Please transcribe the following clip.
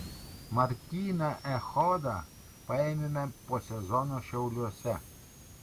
martyną echodą paėmėme po sezono šiauliuose